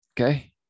Okay